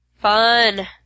Fun